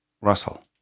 Russell